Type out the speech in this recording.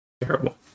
terrible